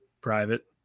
private